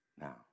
now